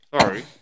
Sorry